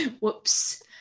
Whoops